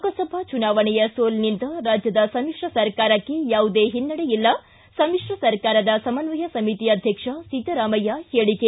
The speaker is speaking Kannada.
ಲೋಕಸಭಾ ಚುನಾವಣೆಯ ಸೋಲಿನಿಂದ ರಾಜ್ಯದ ಸಮ್ಮಿಶ್ರ ಸರ್ಕಾರಕ್ಕೆ ಯಾವುದೇ ಹಿನ್ನಡೆ ಇಲ್ಲಿ ಸಮಿಶ್ರ ಸರ್ಕಾರದ ಸಮನ್ವಯ ಸಮಿತಿ ಅಧ್ಯಕ್ಷ ಸಿದ್ದರಾಮಯ್ಯ ಹೇಳಿಕೆ